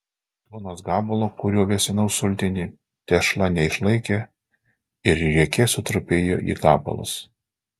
duonos gabalo kuriuo vėsinau sultinį tešla neišlaikė ir riekė sutrupėjo į gabalus